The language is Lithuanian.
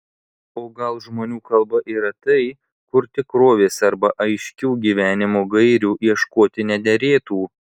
o gal žmonių kalba yra tai kur tikrovės arba aiškių gyvenimo gairių ieškoti nederėtų